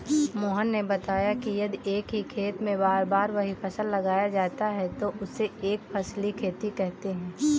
मोहन ने बताया कि यदि एक ही खेत में बार बार वही फसल लगाया जाता है तो उसे एक फसलीय खेती कहते हैं